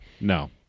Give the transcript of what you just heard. No